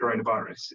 coronavirus